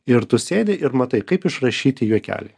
ir tu sėdi ir matai kaip išrašyti juokeliai